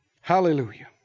Hallelujah